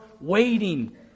waiting